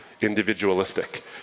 individualistic